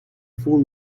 fool